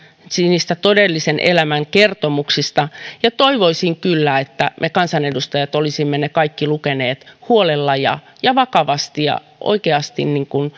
niistä todellisen elämän kertomuksista ja toivoisin kyllä että me kansanedustajat olisimme ne kaikki lukeneet huolella ja ja vakavasti ja oikeasti